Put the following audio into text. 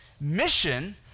Mission